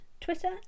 Twitter